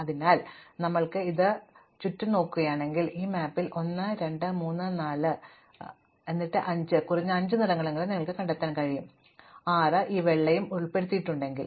അതിനാൽ ഞങ്ങൾക്ക് ഇത് ഉണ്ട് നിങ്ങൾ ചുറ്റും നോക്കുകയാണെങ്കിൽ ഈ മാപ്പിൽ 1 2 3 4 എന്നിട്ട് 5 കുറഞ്ഞത് അഞ്ച് നിറങ്ങളെങ്കിലും നിങ്ങൾ കണ്ടെത്തും 6 നിങ്ങൾ ഈ വെള്ളയും മറ്റും ഉൾപ്പെടുത്തിയാൽ